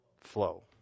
flow